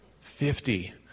Fifty